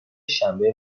شنبه